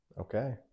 Okay